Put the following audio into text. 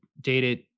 dated